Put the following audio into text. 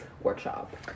workshop